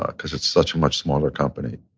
ah cause it's such a much smaller company.